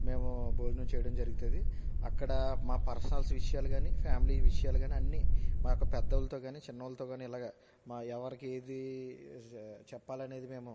మేము భోజనం చేయడం జరుగుతుంది అక్కడ మా పర్సనల్స్ విషయాలు కానీ ఫ్యామిలీ విషయాలు కానీ అన్నీ మాకు పెద్దోళ్ళుతో కానీ చిన్నోళ్ళుతో కానీ ఇలాగ ఎవరికి ఏది చెప్పాలనేది మేము